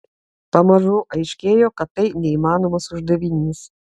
pamažu aiškėjo kad tai neįmanomas uždavinys